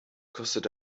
kostet